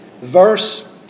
verse